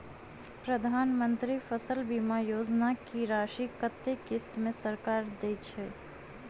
प्रधानमंत्री फसल बीमा योजना की राशि कत्ते किस्त मे सरकार देय छै?